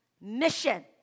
mission